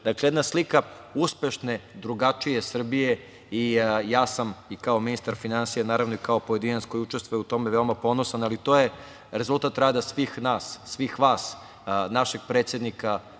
naše. Jedna slika uspešne drugačije Srbije i ja sam kao ministar finansija, naravno i kao pojedinac koji učestvuje u tome, veoma ponosan, ali to je rezultat rada svih nas, svih vas, našeg predsednika,